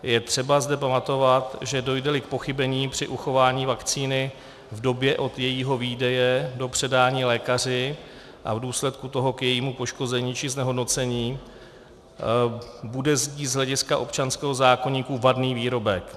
Je třeba zde pamatovat, že dojdeli k pochybení při uchování vakcíny v době od jejího výdeje do předání lékaři a v důsledku toho k jejímu poškození či znehodnocení, bude z ní z hlediska občanského zákoníku vadný výrobek.